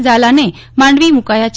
ઝાલાને માંડવી મુકાયાં છે